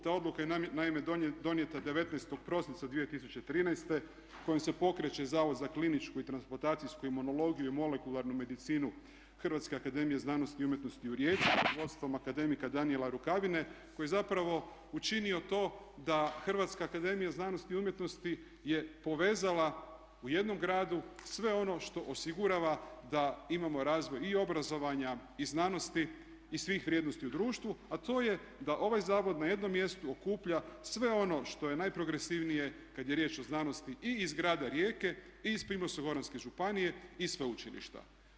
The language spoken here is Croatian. Ta odluka je naime donijeta 19. prosinca 2013. kojom se pokreće Zavod za kliničku i transplantacijsku imunologiju i molekularnu medicinu Hrvatske akademije znanosti i umjetnosti u Rijeci pod vodstvom akademika Danijela Rukavine koji je zapravo učinio to da Hrvatska akademija znanosti i umjetnosti je povezala u jednom gradu sve ono što osigurava da imamo razvoj i obrazovanja i znanosti i svih vrijednosti u društvu, a to je da ovaj zavod na jednom mjestu okuplja sve ono što je najprogresivnije kada je riječ o znanosti i iz grada Rijeke i iz Primorsko-goranske županije i sveučilišta.